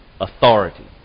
authority